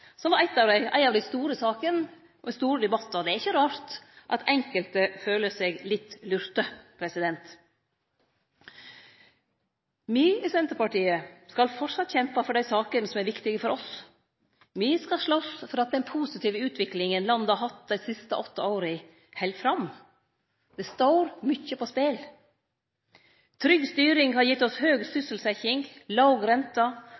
som var ei av dei store sakene med store debattar. Det er ikkje rart at enkelte føler seg litt lurte. Me i Senterpartiet skal framleis kjempe for dei sakene som er viktige for oss. Me skal slåst for at den positive utviklinga landet har hatt dei siste åtte åra, held fram. Det står mykje på spel. Trygg styring har gitt oss høg sysselsetjing, låg rente